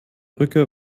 brücke